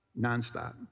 nonstop